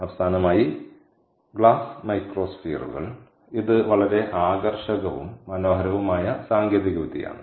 അവസാനമായി ഗ്ലാസ് മൈക്രോസ്ഫിയറുകൾ ഇത് വളരെ ആകർഷകവും മനോഹരവുമായ സാങ്കേതികവിദ്യയാണ്